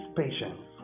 patience